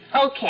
Okay